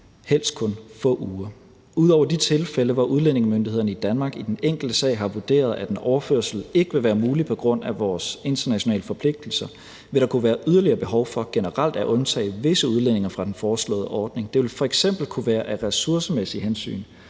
helst kun få uger. Ud over de tilfælde, hvor udlændingemyndighederne i Danmark i den enkelte sag har vurderet, at en overførsel ikke vil være mulig på grund af vores internationale forpligtelser, vil der kunne være yderligere behov for generelt at undtage visse udlændinge fra den foreslåede ordning. Det ville f.eks. kunne være af ressourcemæssige hensyn.